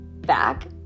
back